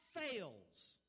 fails